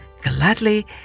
gladly